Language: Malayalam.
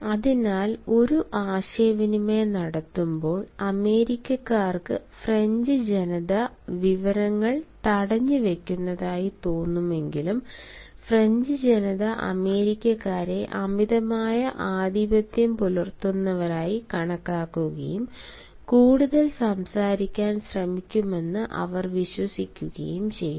അതിനാൽ ഒരു ആശയവിനിമയം നടക്കുമ്പോൾ അമേരിക്കക്കാർക്ക് ഫ്രഞ്ച് ജനത വിവരങ്ങൾ തടഞ്ഞുവയ്ക്കുന്നതായി തോന്നുമെങ്കിലും ഫ്രഞ്ച് ജനത അമേരിക്കക്കാരെ അമിതമായി ആധിപത്യം പുലർത്തുന്നവരായി കണക്കാക്കുകയും കൂടുതൽ സംസാരിക്കാൻ ശ്രമിക്കുമെന്ന് അവർ വിശ്വസിക്കുകയും ചെയ്യുന്നു